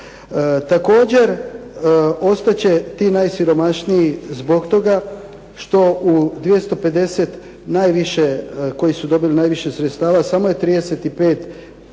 Također, ostat će ti najsiromašniji zbog toga što u 250 najviše koji su dobili najviše sredstava samo je 35